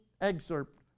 excerpt